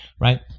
right